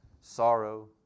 sorrow